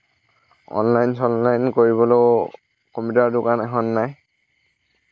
online চনলাইন কৰিবলৈও computer দোকান এখন নাই